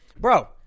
bro